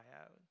out